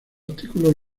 artículos